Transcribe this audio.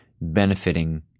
benefiting